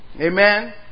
Amen